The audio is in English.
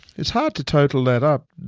it's hard to total that up.